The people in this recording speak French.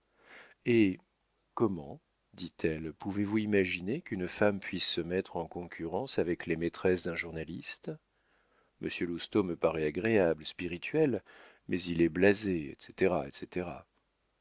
eh comment dit-elle pouvez-vous imaginer qu'une femme puisse se mettre en concurrence avec les maîtresses d'un journaliste monsieur lousteau me paraît agréable spirituel mais il est blasé etc etc